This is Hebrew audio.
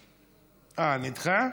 נדחה?